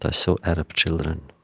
ah so arab children